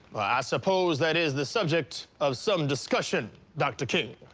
i suppose that is the subject of some discussion, dr. king.